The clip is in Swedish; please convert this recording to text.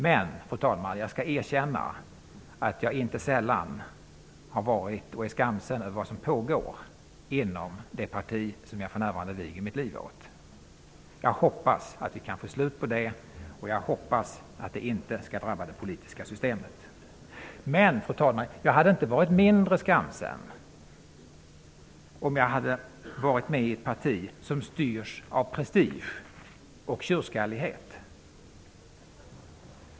Men jag skall erkänna, fru talman, att jag inte sällan har varit och är skamsen över vad som pågår inom det parti som jag för närvarande viger mitt liv åt. Jag hoppas att vi kan få slut på det. Jag hoppas att det inte skall drabba det politiska systemet. Jag hade inte varit mindre skamsen om jag hade varit medlem i ett parti som styrs av prestige och tjurskallighet.